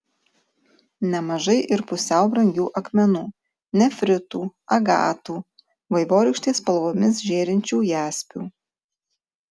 nemažai ir pusiau brangių akmenų nefritų agatų vaivorykštės spalvomis žėrinčių jaspių